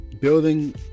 building